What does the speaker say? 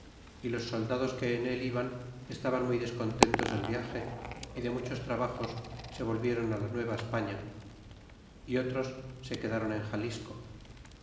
y los soldados que en él iban estaban muy descontentos del viaje y de muchos trabajos se volvieron á la nueva españa y otros se quedaron en xalisco